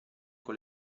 con